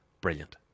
Brilliant